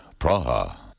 Praha